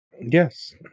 Yes